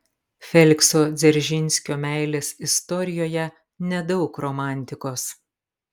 felikso dzeržinskio meilės istorijoje nedaug romantikos